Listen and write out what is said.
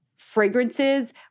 fragrances